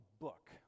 book